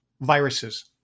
viruses